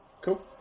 Cool